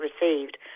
received